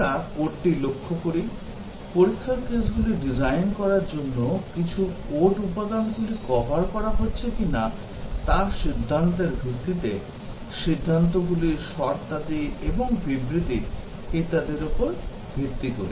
আমরা কোডটি লক্ষ্য করি পরীক্ষার কেসগুলি ডিজাইন করার জন্য কিছু কোড উপাদানগুলি cover করা হচ্ছে কিনা তার সিদ্ধান্তের ভিত্তিতে সিদ্ধান্তগুলি শর্তাদি এবং বিবৃতি ইত্যাদির উপর ভিত্তি করে